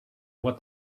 what